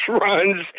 runs